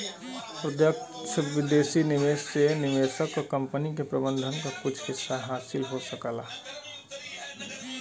प्रत्यक्ष विदेशी निवेश से निवेशक क कंपनी के प्रबंधन क कुछ हिस्सा हासिल हो सकला